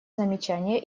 замечания